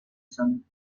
jason